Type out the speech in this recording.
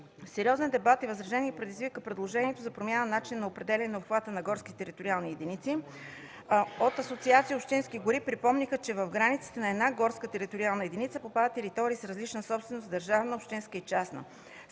Сериозен дебат и възражения предизвика предложението за промяна на начина за определяне на обхвата на горските териториални единици. От Асоциация „Общински гори” припомниха, че в границите на една горска териториална единица попадат територии с различна собственост – държавна, общинска и частна.